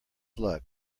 luck